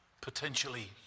potentially